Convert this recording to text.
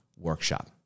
Workshop